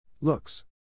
Looks